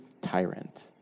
tyrant